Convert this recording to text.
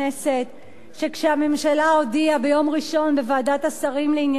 שכשהממשלה הודיעה ביום ראשון בוועדת השרים לענייני חקיקה